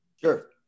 Sure